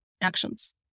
actions